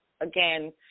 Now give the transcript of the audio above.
again